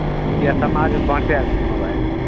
अच्छा किए समाजमे बाँटै लए छै मोबाइल